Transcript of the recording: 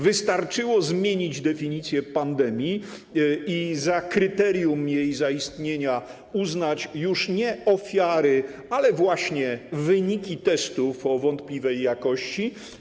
Wystarczyło zmienić definicję pandemii i za kryterium jej zaistnienia uznać już nie ofiary, ale właśnie wyniki testów o wątpliwej jakości.